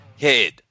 head